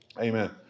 Amen